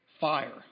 fire